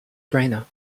brainer